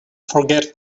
forget